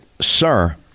sir